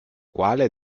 quale